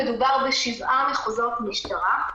מדובר בשבעה מחוזות משטרה,